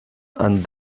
and